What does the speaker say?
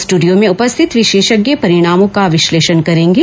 studio में उपस्थित विशेषज्ञ परिणामों का विश्लेषण करेंगे